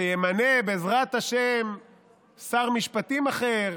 שימנה בעזרת השם שר משפטים אחר,